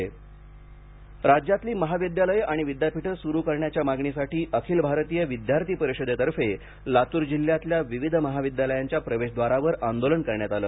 अभाविप लातूर आंदोलन राज्यातली महाविद्यालयं आणि विद्यापीठं सुरू करण्याच्या मागणीसाठी अखिल भारतीय विद्यार्थी परिषदेतर्फे लातूर जिल्ह्यातल्या विविध महाविद्यालयांच्या प्रवेशद्वारावर आंदोलन करण्यात आलं